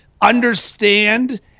understand